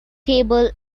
table